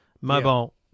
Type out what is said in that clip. mobile